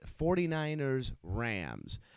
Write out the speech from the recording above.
49ers-Rams